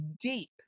deep